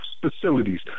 facilities